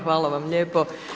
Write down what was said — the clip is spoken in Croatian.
Hvala vam lijepo.